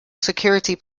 security